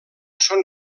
són